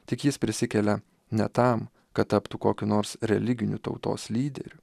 tik jis prisikelia ne tam kad taptų kokiu nors religiniu tautos lyderiu